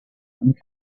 and